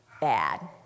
bad